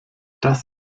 das